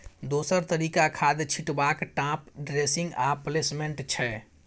दोसर तरीका खाद छीटबाक टाँप ड्रेसिंग आ प्लेसमेंट छै